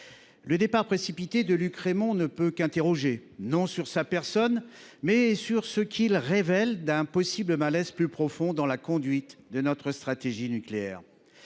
Le départ précipité de Luc Rémont ne peut qu’interroger, non sur sa personne, mais sur ce qu’il révèle d’un possible malaise plus profond dans la conduite de notre stratégie nucléaire.